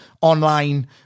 online